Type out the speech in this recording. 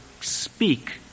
speak